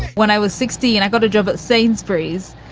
when i was sixteen, i got a job at sainsbury's,